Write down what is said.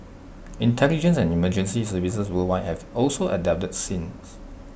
intelligence and emergency services worldwide have also adapted since